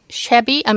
shabby